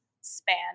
span